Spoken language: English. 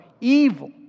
evil